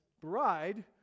Bride